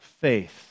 faith